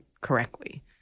correctly